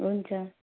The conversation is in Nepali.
हुन्छ